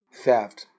theft